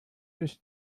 ist